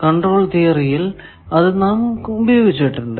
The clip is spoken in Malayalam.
കണ്ട്രോൾ തിയറിയിൽ അത് നാം ഉപയോഗിച്ചിട്ടുണ്ട്